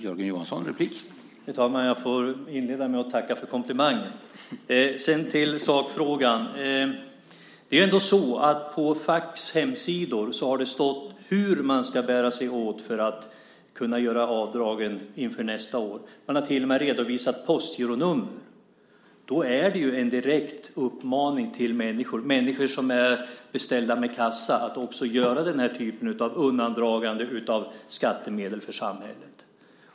Herr talman! Jag får börja med att tacka för komplimangen. På fackens hemsidor har det stått hur man ska bära sig åt för att göra avdragen inför nästa år. Man har till och med redovisat postgironummer. Då är det ju en direkt uppmaning till människor som är stadda vid kassa att göra den här typen av undandragande av skattemedel från samhället.